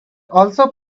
also